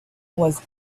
was